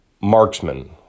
marksman